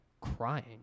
crying